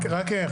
רק,